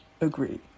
agree